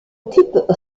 occupe